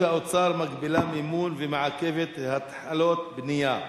האוצר מגבילה מימון ומעכבת התחלות בנייה,